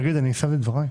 תגיד, אני סיימתי את דבריי?